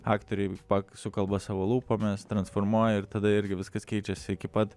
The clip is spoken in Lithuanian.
aktoriai pak sukalba savo lūpomis transformuoja ir tada irgi viskas keičiasi iki pat